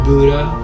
Buddha